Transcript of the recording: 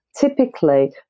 typically